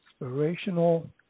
inspirational